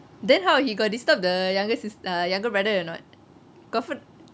then how he got disturb the younger sis~ err younger brother or not confirm